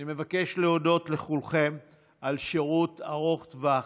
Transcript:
אני מבקש להודות לכולכם על שירות ארוך טווח,